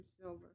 silver